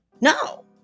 No